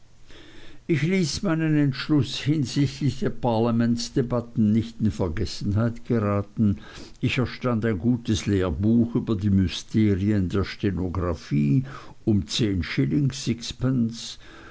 ich ließ meinen entschluß hinsichtlich der parlamentsdebatten nicht in vergessenheit geraten ich erstand ein gutes lehrbuch über die mysterien der stenographie um zehn schillingen